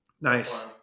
Nice